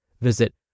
Visit